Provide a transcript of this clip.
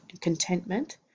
contentment